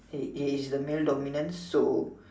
he is the male dominant so